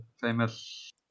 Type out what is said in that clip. famous